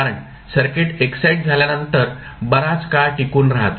कारण circuit excite झाल्यानंतर बराच काळ टिकून राहते